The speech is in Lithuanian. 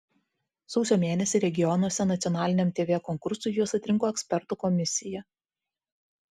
sausio mėnesį regionuose nacionaliniam tv konkursui juos atrinko ekspertų komisija